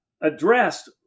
addressed